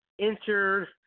entered